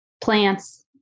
plants